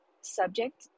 subject